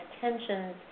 tensions